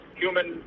human